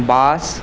bus